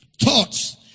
thoughts